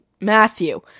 Matthew